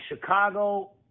Chicago